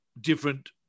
different